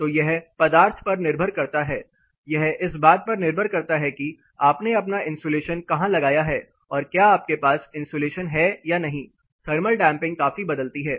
तो यह पदार्थ पर निर्भर करता है यह इस बात पर निर्भर करता है कि आपने अपना इंसुलेशन कहां लगाया है और क्या आपके पास इंसुलेशन है या नहीं थर्मल डैंपिंग काफी बदलती है